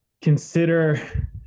consider